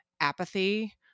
apathy